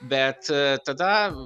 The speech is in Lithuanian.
bet tada